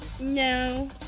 No